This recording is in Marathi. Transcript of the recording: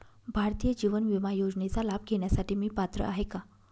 भारतीय जीवन विमा योजनेचा लाभ घेण्यासाठी मी पात्र आहे का?